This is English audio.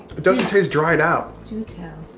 doesn't taste dried out! do tell!